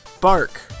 Bark